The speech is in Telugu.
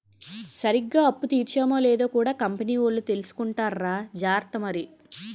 సరిగ్గా అప్పు తీర్చేమో లేదో కూడా కంపెనీ వోలు కొలుసుకుంటార్రా జార్త మరి